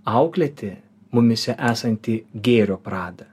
auklėti mumyse esantį gėrio pradą